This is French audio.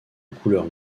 couleur